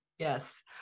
Yes